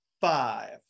five